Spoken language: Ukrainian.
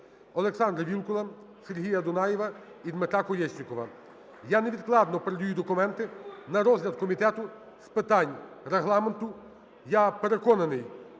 Олександра Вілкула, Сергія Дунаєва і Дмитра Колєснікова. Я невідкладно передаю документи на розгляд Комітету з питань регламенту. Я переконаний,